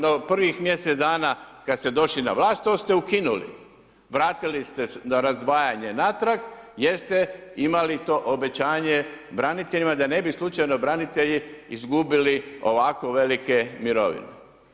Na prvih mjesec dana, kada ste došli na vlast to ste ukinuli, vratili ste na razdvajanje natrag, jer ste imali to obećanje braniteljima, da ne bi slučajno branitelji izgubili ovako velike mirovine.